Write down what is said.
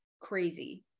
crazy